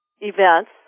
events